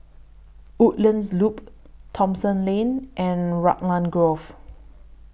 Woodlands Loop Thomson Lane and Raglan Grove